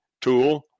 tool